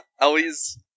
Ellie's